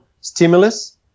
stimulus